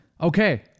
Okay